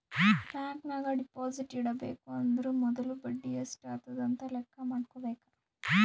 bank ನಾಗ್ deposit ಇಡಬೇಕ ಅಂದುರ್ ಮೊದುಲ ಬಡಿ ಎಸ್ಟ್ ಆತುದ್ ಅಂತ್ ಲೆಕ್ಕಾ ಮಾಡ್ಕೋಬೇಕ